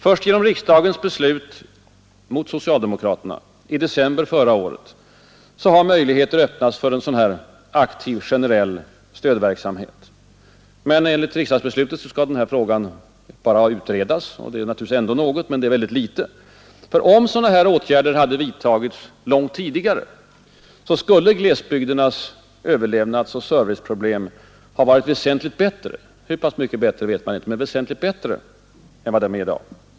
Först genom riksdagens beslut — mot socialdemokraterna — i december förra året tycks möjligheter ha öppnats för en dylik aktiv generell stödverksamhet. Enligt riksdagsbeslutet skall den här frågan utredas. Det är naturligtvis något, men det är för litet, för om sådana här åtgärder hade vidtagits långt tidigare, skulle glesbygdernas överlevnadsoch serviceproblem ha varit väsentligt bättre; hur pass mycket vet man inte, än i dag.